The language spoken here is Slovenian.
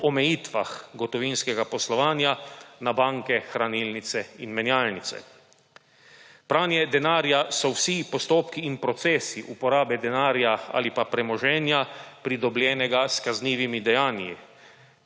o omejitvah gotovinskega poslovanja na banke, hranilnice in menjalnice. Pranje denarja so vsi postopki in procesi uporabe denarja ali premoženja, pridobljenega s kaznivimi dejanji,